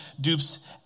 dupes